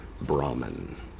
Brahman